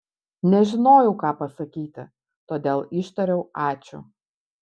nežinojau ką pasakyti todėl ištariau ačiū